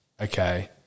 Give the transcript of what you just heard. Okay